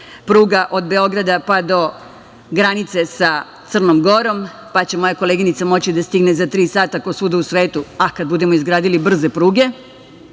pruga od Beograda, pa do granice sa Crnom Gorom, pa će moja koleginica moći da stigne za tri sata, kao svuda u svetu, a kada budemo izgradili brze pruge,